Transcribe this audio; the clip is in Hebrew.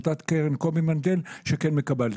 קרן קובי מנדל שכן מקבלת.